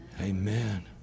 Amen